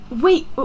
wait